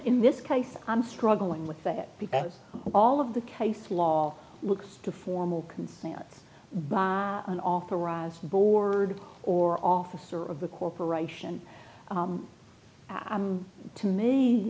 in this case i'm struggling with that because all of the case law looks to formal consent by an authorized board or officer of the corporation i'm to